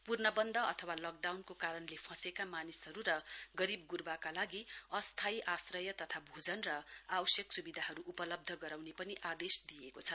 पूर्णवन्द अथवा लकडाउनको कारणले फँसेका मानिसहरु र गरीब गुर्वाका लागि अस्थायी आश्रय तथा भोजन र आवश्यक सुविधाहरु उपलब्ध गराउने पनि आदेश दिइएको छ